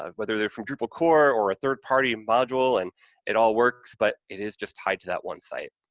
um whether they're from drupal core or a third-party module, and it all works, but it is just tied to that one site.